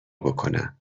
بکنم